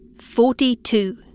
Forty-two